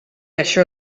això